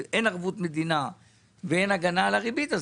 אין ערבות מדינה ואין הגנה על הריבית,